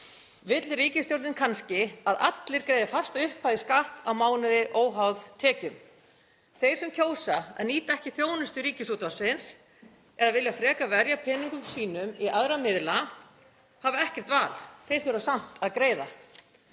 Vill ríkisstjórnin kannski að allir greiði fasta upphæð í skatt á mánuði óháð tekjum? Þeir sem kjósa að nýta ekki þjónustu Ríkisútvarpsins eða vilja frekar verja peningum sínum í aðra miðla hafa ekkert val. Þeir þurfa samt að greiða.